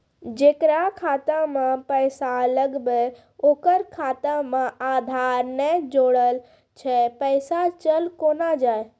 जेकरा खाता मैं पैसा लगेबे ओकर खाता मे आधार ने जोड़लऽ छै पैसा चल कोना जाए?